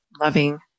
loving